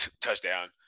Touchdown